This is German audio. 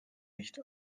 nicht